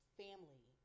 family